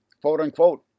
quote-unquote